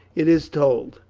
it is told.